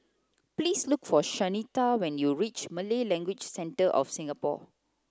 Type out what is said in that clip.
please look for Shanita when you reach Malay Language Centre of Singapore